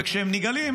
וכשהם נגאלים,